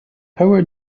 power